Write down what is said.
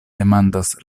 demandas